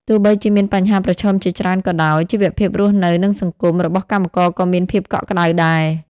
ទោះបីជាមានបញ្ហាប្រឈមជាច្រើនក៏ដោយ ជីវភាពរស់នៅ និងសង្គម របស់កម្មករក៏មានភាពកក់ក្ដៅដែរ។